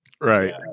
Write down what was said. Right